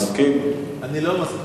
אני לא מסכים.